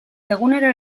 egunero